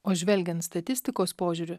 o žvelgiant statistikos požiūriu